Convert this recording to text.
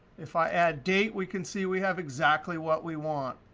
if i add date, we can see we have exactly what we want.